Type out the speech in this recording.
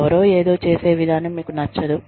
ఎవరో ఏదో చేసే విధానం మీకు నచ్చదు